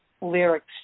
lyrics